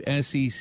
SEC